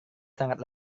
sangat